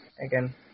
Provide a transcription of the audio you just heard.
again